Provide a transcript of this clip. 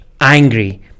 angry